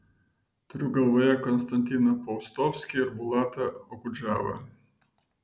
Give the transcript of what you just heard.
turiu galvoje konstantiną paustovskį ir bulatą okudžavą